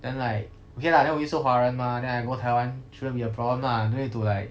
then like okay lah then 我又是华人 mah then I go taiwan shouldn't be a problem lah don't need to like